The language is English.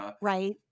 Right